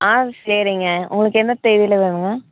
ஆ சரிங்க உங்களுக்கு என்ன தேதியில வேணுங்க